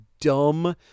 dumb